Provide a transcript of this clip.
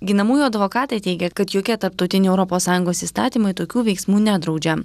ginamųjų advokatai teigia kad jokie tarptautiniai europos sąjungos įstatymai tokių veiksmų nedraudžia